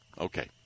Okay